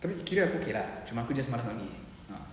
tapi kira okay lah cuma aku just malas nak pergi ah